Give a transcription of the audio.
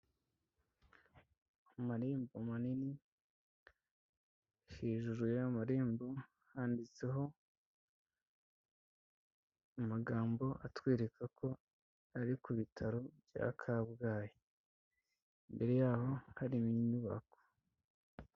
Amarembo manini hejuru y'aya marembo handitseho amagambo atwereka ko ari ku bitaro bya Kabgayi, imbere yaho hari inyubako.